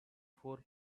four